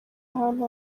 ahantu